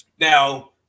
Now